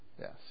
Yes